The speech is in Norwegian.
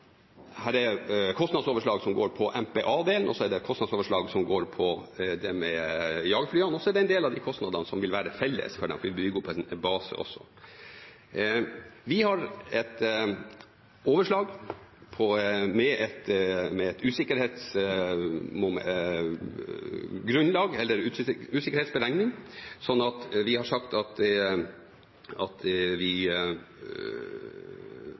kostnadsoverslag som går på MPA-delen, og kostnadsoverslag som går på det med jagerflyene, og så er det en del av kostnadene som vil være felles for dem, fordi vi også vil bygge opp en base. Vi har et overslag med en usikkerhetsberegning, så vi har sagt at vi totalt kan komme opp på rundt 4,34 mrd. kr – da tenker vi på begge prosjektene. Prosjektet er nå kommet så langt at